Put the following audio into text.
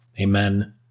Amen